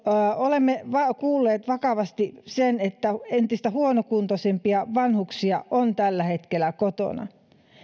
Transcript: olemme kuulleet vakavasti sen että entistä huonokuntoisempia vanhuksia on tällä hetkellä kotona